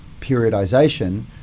periodization